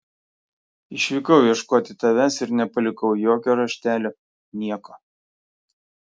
išvykau ieškoti tavęs ir nepalikau jokio raštelio nieko